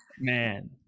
Man